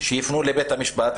שיפנו לבית המפשט,